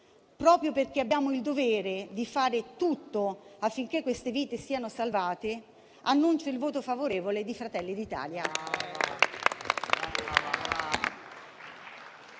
Proprio perché abbiamo il dovere di fare di tutto affinché queste vite siano salvate, annuncio il voto favorevole di Fratelli d'Italia.